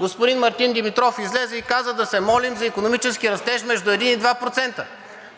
Господин Мартин Димитров излезе и каза да се молим за икономически растеж между 1 и 2%.